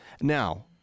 Now